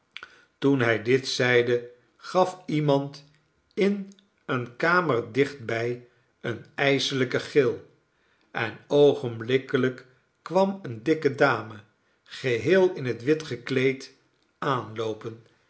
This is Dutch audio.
toen hij dit zeide gaf iemand in eene kamer dichtbij een ijselijken gil en oogenblikkelijk kwam eene dikke dame geheel in het wit gekleed aanloopen